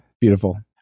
Beautiful